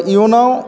इयुनाव